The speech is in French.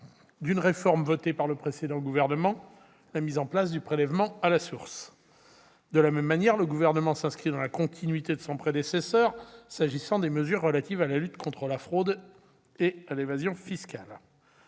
d'une réforme votée par le précédent gouvernement : la mise en place du prélèvement à la source. De la même manière, le Gouvernement s'inscrit dans la continuité de son prédécesseur s'agissant des mesures relatives à la lutte contre la fraude et l'évasion fiscale.